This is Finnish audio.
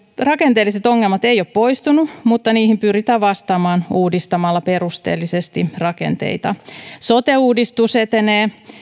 rakenteelliset ongelmat eivät ole poistuneet mutta niihin pyritään vastaamaan uudistamalla perusteellisesti rakenteita sote uudistus etenee